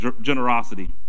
generosity